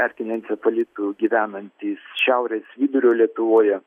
erkiniu encefalitu gyvenantys šiaurės vidurio lietuvoje